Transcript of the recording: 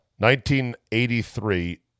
1983